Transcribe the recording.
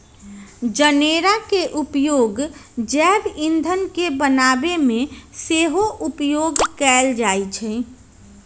जनेरा के उपयोग जैव ईंधन के बनाबे में सेहो उपयोग कएल जाइ छइ